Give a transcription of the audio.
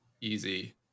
easy